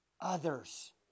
Others